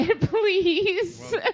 Please